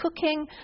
cooking